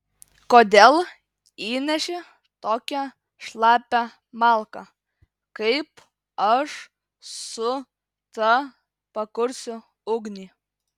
kodėl įneši tokią šlapią malką kaip aš su ta pakursiu ugnį